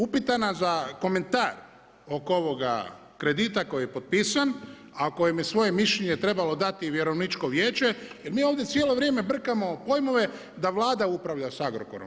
Upitana za komentar oko ovoga kredita koji je potpisan, a koje je svoje mišljenje trebalo dati vjerovničko vijeće, mi ovdje cijelo vrijeme brkamo pojmove, da Vlada upravlja s Agrokorom.